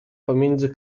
pomiędzy